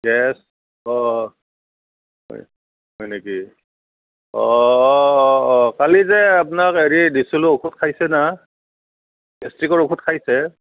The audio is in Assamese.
গেছ অঁ হয় হয় নেকি অঁ কালি যে আপনাৰ হেৰি দিছিলোঁ ঔষধ খাইছে না গেষ্টিকৰ ঔষধ খাইছে